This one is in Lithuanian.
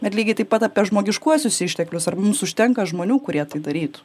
bet lygiai taip pat apie žmogiškuosius išteklius ar mums užtenka žmonių kurie tai darytų